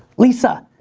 lisa,